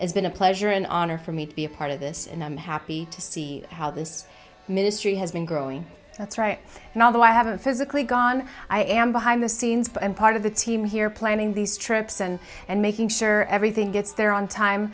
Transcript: it's been a pleasure an honor for me to be a part of this and i'm happy to see how this ministry has been growing that's right now although i haven't physically gone i am behind the scenes but i'm part of the team here planning these trips and and making sure everything gets there on time